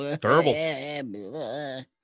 terrible